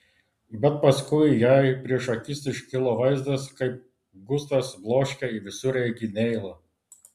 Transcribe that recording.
bet paskui jai prieš akis iškilo vaizdas kaip gustas bloškia į visureigį neilą